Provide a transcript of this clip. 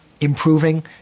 improving